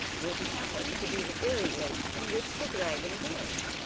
which happened to be the very lake in which the dragon lived.